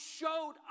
showed